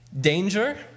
danger